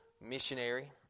missionary